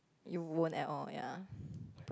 you won't at all ya